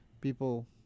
People